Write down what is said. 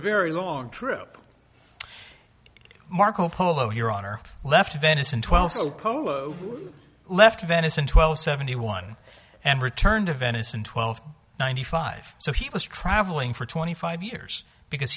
known trip marco polo here on earth left venice in twelve so polo left venice in twelve seventy one and returned to venice and twelve ninety five so he was traveling for twenty five years because